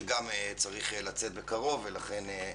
שגם צריך לצאת בקרוב, ידבר.